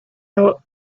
out